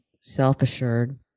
self-assured